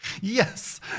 Yes